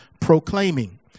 proclaiming